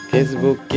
Facebook